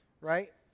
Right